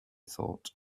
thought